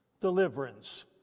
deliverance